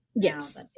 Yes